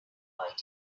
avoided